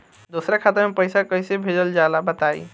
दोसरा खाता में पईसा कइसे भेजल जाला बताई?